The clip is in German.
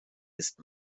ist